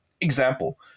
Example